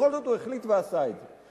ובכל זאת הוא החליט ועשה את זה.